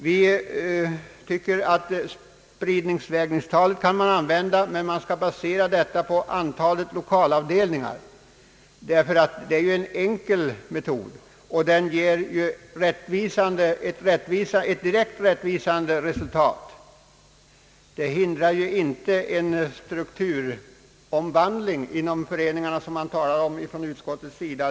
Vi tycker att spridningsvägningstalet skall baseras på antalet lokalavdelningar, därför att denna metod är enkel och ger ett direkt rättvisande resultat. Detta hindrar ju inte den strukturomvandling inom föreningarna som man talar om från utskottets sida.